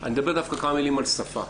אני אדבר דווקא כמה מילים על שפה.